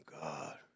God